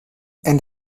and